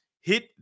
Hit